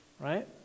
Right